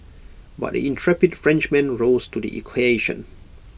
but the intrepid Frenchman rose to the